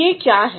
यह क्या हैं